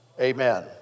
Amen